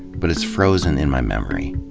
but it's frozen in my memory.